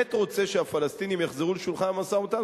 שבאמת רוצה שהפלסטינים יחזרו לשולחן המשא-ומתן,